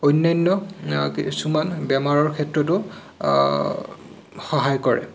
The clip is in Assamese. অন্যান্য কিছুমান বেমাৰৰ ক্ষেত্ৰতো সহায় কৰে